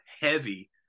heavy